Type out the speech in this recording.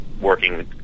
working